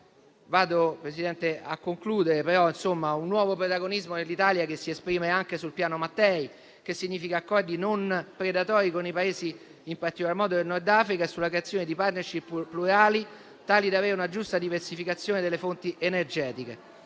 mio intervento, un nuovo protagonismo dell'Italia si esplica anche sul piano Mattei, che comporta accordi non predatori con i Paesi in particolar modo del Nord Africa e sulla creazione di *partnership* plurali, tali da avere una giusta diversificazione delle fonti energetiche.